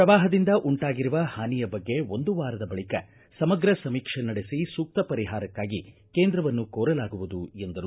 ಪ್ರವಾಹದಿಂದ ಉಂಟಾಗಿರುವ ಹಾನಿಯ ಬಗ್ಗೆ ಒಂದು ವಾರದ ಬಳಿಕ ಸಮಗ್ರ ಸಮೀಕ್ಷೆ ನಡೆಸಿ ಸೂಕ್ತ ಪರಿಹಾರಕ್ಷಾಗಿ ಕೇಂದ್ರವನ್ನು ಕೋರಲಾಗುವುದು ಎಂದರು